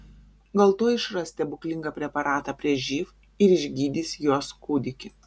gal tuoj išras stebuklingą preparatą prieš živ ir išgydys jos kūdikį